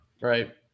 Right